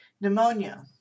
pneumonia